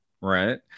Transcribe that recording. right